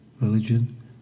religion